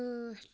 ٲٹھ